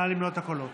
נא למנות את הקולות.